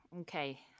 Okay